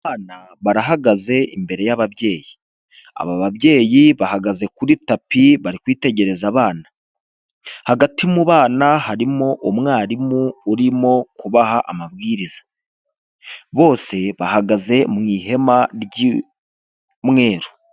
Abana barahagaze imbere y'ababyeyi. Aba babyeyi bahagaze kuri tapi, bari kwitegereza abana. Hagati mu bana harimo umwarimu urimo kubaha amabwiriza. Bose bahagaze mu ihema ry'umweru.